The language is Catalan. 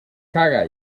caga